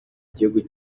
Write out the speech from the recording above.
gihugu